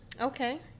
Okay